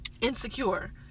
insecure